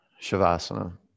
Shavasana